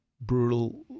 brutal